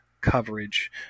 coverage